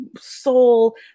soul